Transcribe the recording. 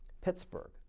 Pittsburgh